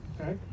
okay